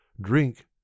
drink